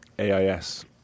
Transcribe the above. AIS